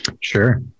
Sure